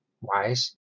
wise